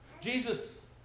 Jesus